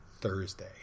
Thursday